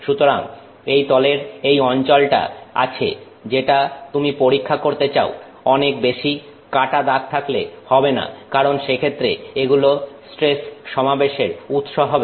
সুতরাং এই তলের এই অঞ্চলটা আছে যেটা তুমি পরীক্ষা করতে চাও অনেক বেশি কাটা দাগ থাকলে হবে না কারণ সেক্ষেত্রে এগুলো স্ট্রেস সমাবেশের উৎস হবে